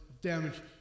damage